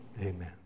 Amen